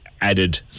added